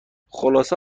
خلاصه